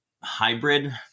hybrid